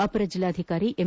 ಅಪರ ವೆಲ್ಲಾಧಿಕಾರಿ ಎಂ